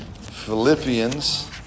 Philippians